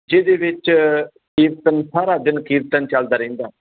ਜਿਹਦੇ ਵਿੱਚ ਕੀਰਤਨ ਸਾਰਾ ਦਿਨ ਕੀਰਤਨ ਚਲਦਾ ਰਹਿੰਦਾ